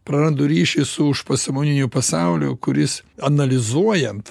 prarandu ryšį su užpasąmoniniu pasauliu kuris analizuojant